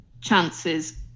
chances